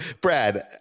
Brad